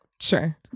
sure